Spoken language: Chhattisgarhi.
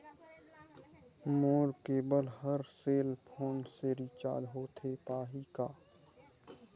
मोर केबल हर सेल फोन से रिचार्ज होथे पाही का?